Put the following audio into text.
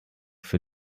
für